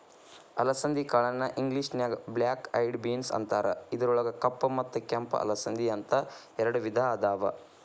ಅಲಸಂದಿ ಕಾಳನ್ನ ಇಂಗ್ಲೇಷನ್ಯಾಗ ಬ್ಲ್ಯಾಕ್ ಐಯೆಡ್ ಬೇನ್ಸ್ ಅಂತಾರ, ಇದ್ರೊಳಗ ಕಪ್ಪ ಮತ್ತ ಕೆಂಪ ಅಲಸಂದಿ, ಅಂತ ಎರಡ್ ವಿಧಾ ಅದಾವ